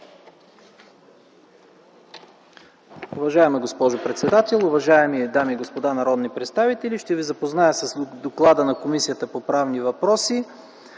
Уважаема госпожо председател, уважаеми дами и господа народни представители! Ще ви запозная с доклада на Комисията по правни въпроси